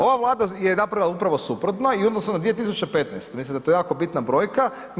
Ova Vlada je napravila upravo suprotno i u odnosu na 2015., mislim da je to jako bitna brojka.